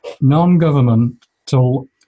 non-governmental